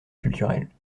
culturel